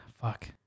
Fuck